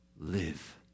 live